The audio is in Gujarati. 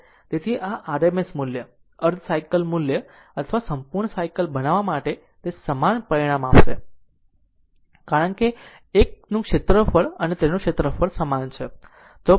તેથી જો RMS મૂલ્ય અર્ધ સાયકલ અથવા સંપૂર્ણ સાયકલ બનાવવા માટે તે સમાન પરિણામ આપશે કારણ કે આ એકનું ક્ષેત્રફળ અને તેનું ક્ષેત્રફળ સમાન છે